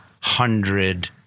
hundred